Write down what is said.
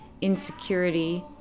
insecurity